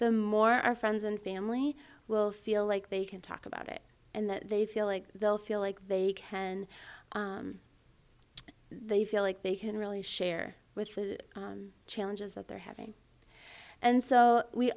the more our friends and family will feel like they can talk about it and that they feel like they'll feel like they can they feel like they can really share with the challenges that they're having and so we